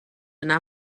yna